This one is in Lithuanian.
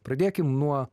pradėkim nuo